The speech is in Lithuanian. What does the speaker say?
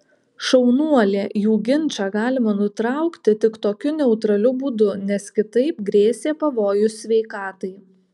šaunuolė jų ginčą galima nutraukti tik tokiu neutraliu būdu nes kitaip grėsė pavojus sveikatai